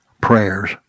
prayers